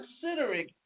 considering